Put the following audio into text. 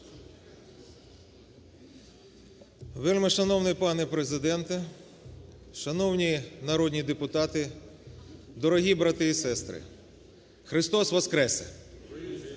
Вельмишановний пане Президенте! Шановні народні депутати! Дорогі брати і сестри! Христос Воскресе!